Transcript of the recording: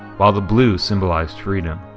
while the blue symbolized freedom.